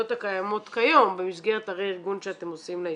הקיימות כיום במסגרת הרה-ארגון שאתם עושים לאשפוזית.